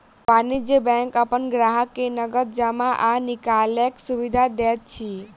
वाणिज्य बैंक अपन ग्राहक के नगद जमा आ निकालैक सुविधा दैत अछि